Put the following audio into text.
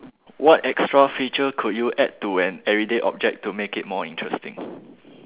what extra feature could you add to an everyday object to make it more interesting